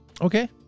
Okay